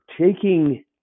taking –